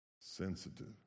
sensitive